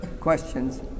questions